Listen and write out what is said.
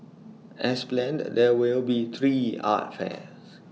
as planned there will be three art fairs